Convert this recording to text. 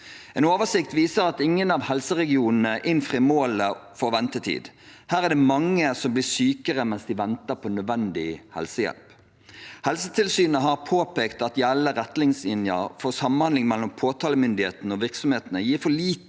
En oversikt viser at ingen av helseregionene innfrir målet for ventetid. Her er det mange som blir sykere mens de venter på nødvendig helsehjelp. Helsetilsynet har påpekt at gjeldende retningslinjer for samhandling mellom påtalemyndigheten og virksomhetene gir for lite